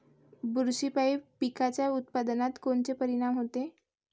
बुरशीपायी पिकाच्या उत्पादनात कोनचे परीनाम होते?